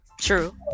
True